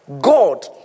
God